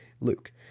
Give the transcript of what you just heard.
Luke